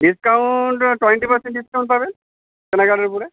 discount twenty percent discount পাবেন কেনাকাটির উপরে